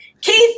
Keith